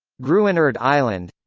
gruinard island